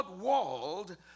world